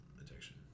addiction